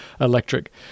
electric